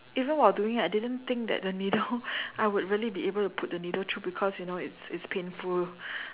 even while doing it I didn't think that the needle I would really be able to put the needle through because you know it's it's painful